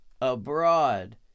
abroad